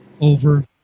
Over